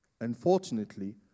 Unfortunately